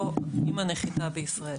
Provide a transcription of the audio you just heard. או לחייב בנחיתה בישראל.